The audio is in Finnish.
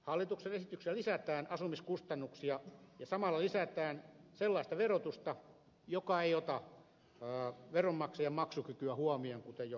hallituksen esityksellä lisätään asumiskustannuksia ja samalla lisätään sellaista verotusta joka ei ota veronmaksajan maksukykyä huomioon kuten jo aikaisemmin totesin